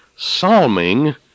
psalming